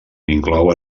inclou